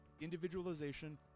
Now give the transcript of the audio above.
individualization